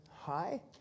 hi